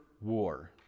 war